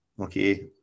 okay